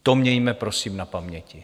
To mějme prosím na paměti.